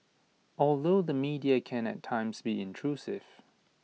although the media can at times be intrusive